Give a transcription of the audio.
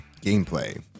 gameplay